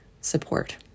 support